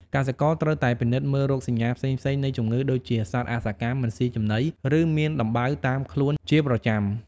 កសិករត្រូវតែពិនិត្យមើលរោគសញ្ញាផ្សេងៗនៃជំងឺដូចជាសត្វអសកម្ម មិនស៊ីចំណី ឬមានដំបៅតាមខ្លួនជាប្រចាំ។